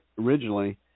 originally